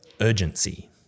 urgency